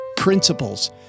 principles